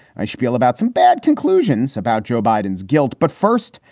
i spiel about some bad conclusions about joe biden's guilt. but first,